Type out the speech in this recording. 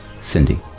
Cindy